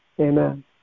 Amen